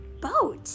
boat